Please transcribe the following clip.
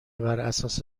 براساس